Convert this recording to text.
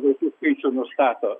vaikai skaičių nustato